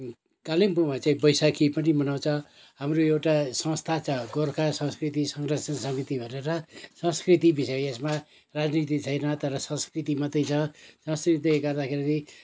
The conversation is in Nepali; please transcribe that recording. कालिम्पोङमा चाहिँ वैशाखी पनि मनाउँछ हाम्रो एउटा संस्था छ गोर्खा संस्कृति संरक्षण समिति भनेर संस्कृति बिषय यसमा राजनीति छैन तर संस्कृति मात्रै छ गर्दाखेरि